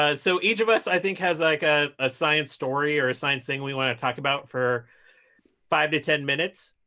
ah so each of us, i think, has like ah a science story or a science thing we want to talk about for five to ten minutes.